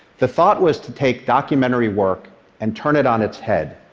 the thought was to take documentary work and turn it on its head.